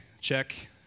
check